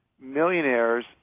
Millionaires